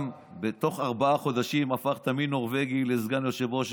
בתוך ארבעה חודשים גם הפכת מנורבגי לסגן יושב-ראש,